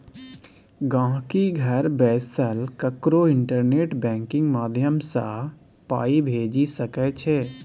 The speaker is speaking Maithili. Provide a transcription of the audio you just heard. गांहिकी घर बैसल ककरो इंटरनेट बैंकिंग माध्यमसँ पाइ भेजि सकै छै